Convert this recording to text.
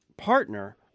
partner